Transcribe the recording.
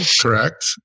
correct